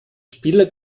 spieler